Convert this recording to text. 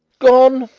gone,